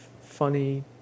Funny